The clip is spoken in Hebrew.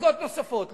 ומפלגות נוספות.